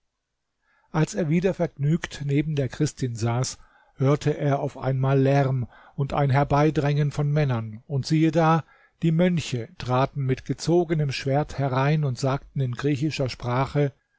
als er wieder vergnügt neben der christin saß hörte er auf einmal lärm und ein herbeidrängen von männern und siehe da die mönche traten mit gezogenem schwert herein und sagten in griechischer sprache